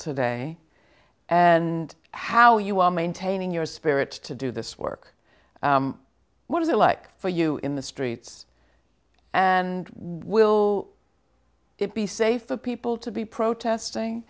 today and how you are maintaining your spirits to do this work what is it like for you in the streets and will it be safe for people to be protesting